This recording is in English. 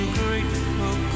grateful